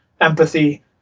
empathy